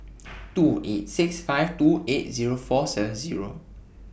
two eight six five two eight Zero four seven Zero